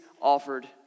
offered